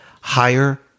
higher